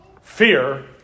fear